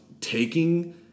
taking